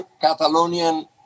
catalonian